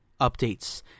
updates